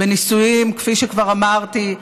כפי שכבר אמרתי,